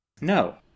no